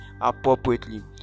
appropriately